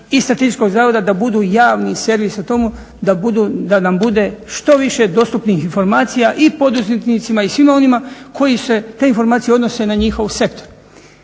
i Statističkog zavoda da budu javni servis o tomu da nam bude što više dostupnih informacija i poduzetnicima i svima onima koji se, te informacije odnose na njihov sektor.